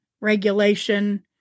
regulation